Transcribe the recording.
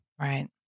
Right